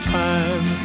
time